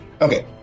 Okay